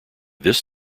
this